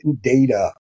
data